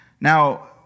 Now